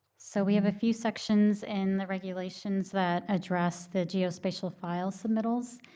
so we have a few sections in the regulations that address the geospatial file submittals.